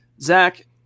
Zach